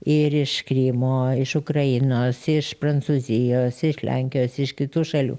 ir iš krymo iš ukrainos iš prancūzijos iš lenkijos iš kitų šalių